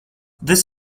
this